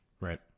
Right